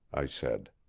i said.